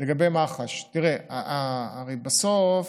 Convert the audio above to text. לגבי מח"ש: תראה, הרי בסוף